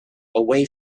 away